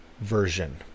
version